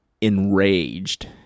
enraged